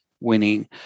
winning